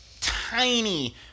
tiny